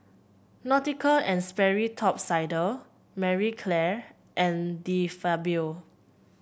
Nautica And Sperry Top Sider Marie Claire and De Fabio